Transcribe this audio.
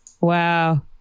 Wow